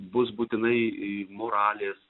bus būtinai moralės